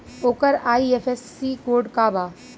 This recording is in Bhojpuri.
ओकर आई.एफ.एस.सी कोड का बा?